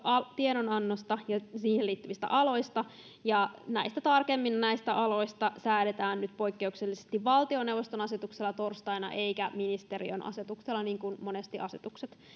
tiedonannosta ja siihen liittyvistä aloista ja näistä aloista tarkemmin säädetään nyt poikkeuksellisesti valtioneuvoston asetuksella torstaina eikä ministeriön asetuksella niin kuin monesti asetukset